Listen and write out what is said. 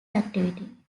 activity